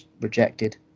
rejected